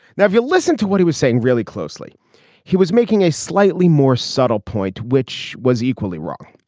now if you listen to what he was saying really closely he was making a slightly more subtle point which was equally wrong.